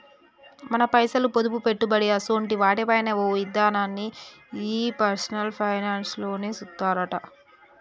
మన పైసలు, పొదుపు, పెట్టుబడి అసోంటి వాటి పైన ఓ ఇదనాన్ని ఈ పర్సనల్ ఫైనాన్స్ లోనే సూత్తరట